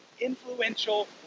influential